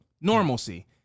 normalcy